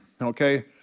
okay